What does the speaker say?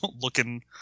looking